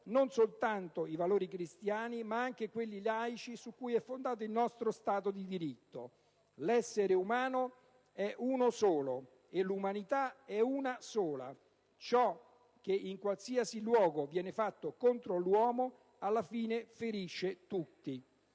non soltanto i valori di cristiani ma anche quelli laici su cui è fondato il nostro Stato di diritto: «L'essere umano è uno solo e l'umanità è una sola. Ciò che in qualsiasi luogo viene fatto contro l'uomo alla fine ferisce tutti».